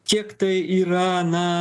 kiek tai yra na